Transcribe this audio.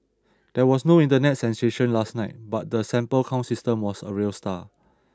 there was no Internet sensation last night but the sample count system was a real star